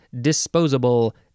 disposable